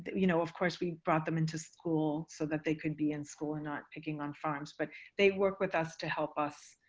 you know of course, we brought them into school so that they could be in school and not picking on farms. but they work with us to help us